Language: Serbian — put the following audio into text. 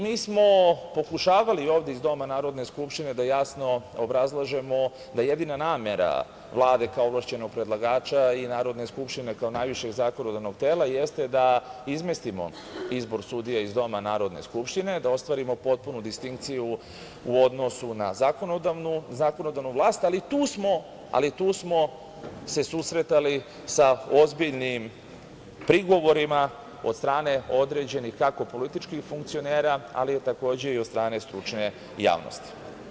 Mi smo pokušavali ovde iz doma Narodne skupštine da jasno obrazložimo da jedina namera Vlade, kao ovlašćenog predlagača i Narodne skupštine kao najvišeg zakonodavnog tela, jeste da izmestimo izbor sudija iz doma Narodne skupštine, da ostvarimo potpunu distinkciju u odnosu na zakonodavnu vlast, ali tu smo se susretali sa ozbiljnim prigovorima od strane određenih kako političkih funkcionera, ali takođe i od strane stručne javnosti.